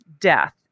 death